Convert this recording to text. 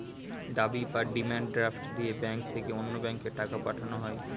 দাবি বা demand draft দিয়ে ব্যাংক থেকে অন্য ব্যাংকে টাকা পাঠানো হয়